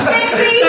Sexy